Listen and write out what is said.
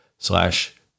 slash